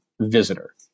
visitor